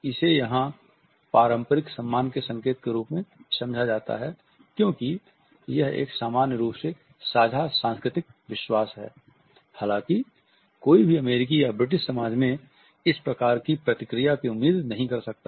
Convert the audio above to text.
इसे यहाँ पारस्परिक सम्मान के संकेत के रूप में समझा जाता है क्योंकि यह एक सामान्य रूप से साझा सांस्कृतिक विश्वास है हालाँकि कोई भी अमेरिकी या ब्रिटिश समाज में इस प्रकार की प्रतिक्रिया की उम्मीद नहीं कर सकता है